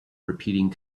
repeating